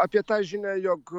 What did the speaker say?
apie tą žinią jog